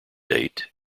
date